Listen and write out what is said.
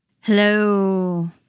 Hello